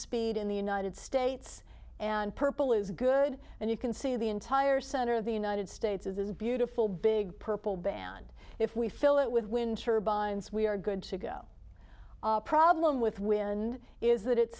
speed in the united states and purple is good and you can see the entire center of the united states is this beautiful big purple band if we fill it with wind turbines we are good to go problem with wind is that it